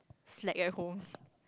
slack at home